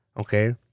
Okay